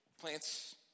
plants